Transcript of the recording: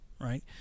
right